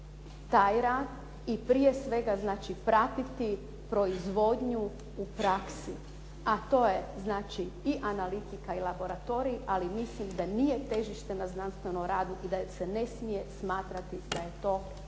taj rad i prije svega znači pratiti proizvodnju u praksi. A to je znači i analitika i laboratorij ali mislim da nije težište na znanstvenom radu i da se ne smije smatrati da je to konkurencija